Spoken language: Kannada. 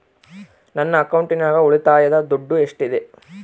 ನನ್ನ ಅಕೌಂಟಿನಾಗ ಉಳಿತಾಯದ ದುಡ್ಡು ಎಷ್ಟಿದೆ?